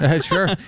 Sure